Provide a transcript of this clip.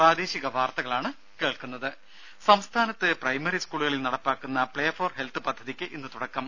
രും സംസ്ഥാനത്ത് പ്രൈമറി സ്കൂളുകളിൽ നടപ്പാക്കുന്ന പ്ലേ ഫോർ ഹെൽത്ത് പദ്ധതിക്ക് ഇന്ന് തുടക്കം